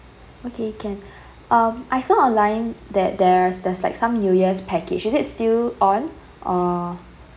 okay can um I saw online that there's there's like some new year's package is it still on or